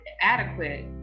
adequate